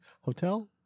Hotel